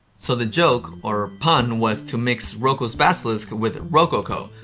so the joke or pun was to mix roko's basilisk with rococo.